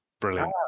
Brilliant